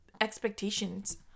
expectations